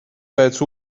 pēc